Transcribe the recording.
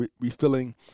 refilling